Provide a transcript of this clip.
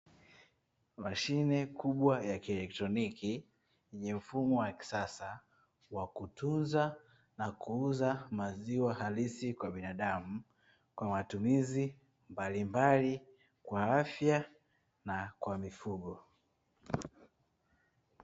Mashine kubwa ya kielotroniki yenye mfumo wa kisasa, wa kutunza na kuuza maziwa halisi kwa binadamu kwa matumizi mbalimbali kwa afya na kwa mifugo.